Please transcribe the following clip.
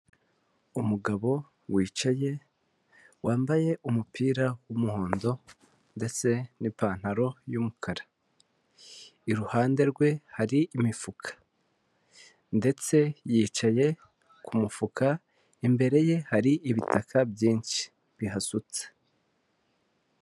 Umugabo wicaye wambaye umupira w'umuhondo ndetse n'ipantaro y'umukara, iruhande rwe hari imifuka ndetse yicaye ku mufuka imbere ye hari ibitaka byinshi bihasutse.